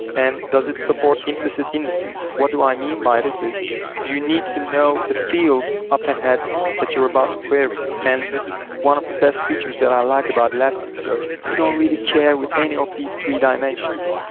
and does it support implicit indices? what do i mean by this is do you need to know the fields up ahead that you're about to query? and this is one of the best features that i like about elasticsearch. you don't really care with any of these three dimensions.